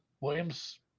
Williams